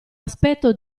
aspetto